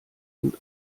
und